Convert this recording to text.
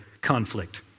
conflict